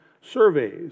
surveys